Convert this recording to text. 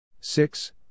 six